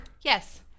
Yes